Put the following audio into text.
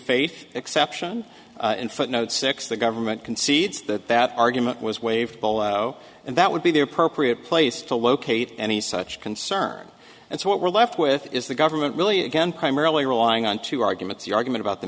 faith exception in footnote six the government concedes that that argument was waived and that would be the appropriate place to locate any such concern and so what we're left with is the government really again primarily relying on two arguments the argument about the